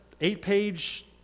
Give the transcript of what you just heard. eight-page